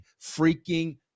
freaking